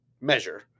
measure